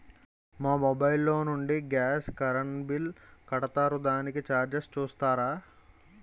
మా మొబైల్ లో నుండి గాస్, కరెన్ బిల్ కడతారు దానికి చార్జెస్ చూస్తారా?